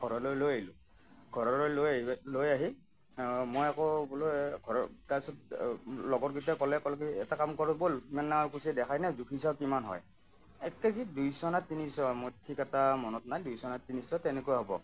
ঘৰলৈ লৈ আহিলোঁ ঘৰলৈ লৈ আহি লৈ আহি মই আকৌ বোলো ঘৰত তাৰপিছত লগৰকেইটা ক'লে ক'লে কি এটা কাম কৰোঁ ব'ল ইমান ডাঙৰ কুচিয়া দেখাই নাই জুখি চাওঁ কিমান হয় এক কেজি দুইশ নে তিনিশ মোৰ ঠিক এটা মনত নাই দুইশ নে তিনিশ তেনেকুৱা হ'ব